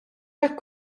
hekk